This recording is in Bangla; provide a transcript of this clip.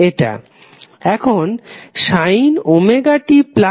এখন sin ωt2π এর মান কত